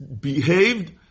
behaved